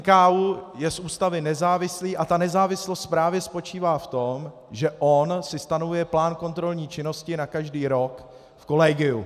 NKÚ je z Ústavy nezávislý a nezávislost právě spočívá v tom, že on si stanovuje plán kontrolní činnosti na každý rok v kolegiu.